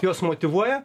juos motyvuoja